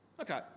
okay